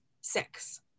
six